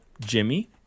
jimmy